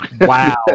wow